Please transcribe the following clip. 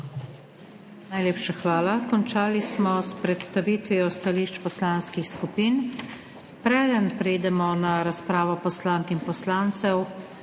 Najlepša hvala. Končali smo s predstavitvijo stališč poslanskih skupin. Preden preidemo na razpravo poslank in poslancev,